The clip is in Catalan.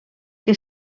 que